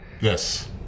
yes